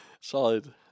Solid